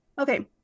Okay